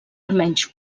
almenys